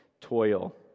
toil